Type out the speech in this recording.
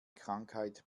krankheit